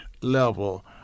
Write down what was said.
level